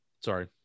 Sorry